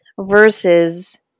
versus